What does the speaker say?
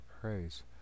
praise